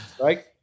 Right